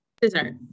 Dessert